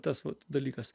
tas va dalykas